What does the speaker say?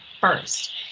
first